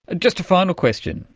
just a final question.